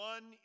One